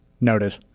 Noted